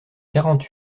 quarante